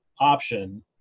option